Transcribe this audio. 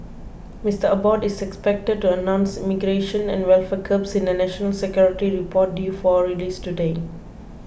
Mister Abbott is expected to announce immigration and welfare curbs in a national security report due for release today